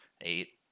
eight